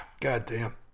goddamn